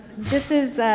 this is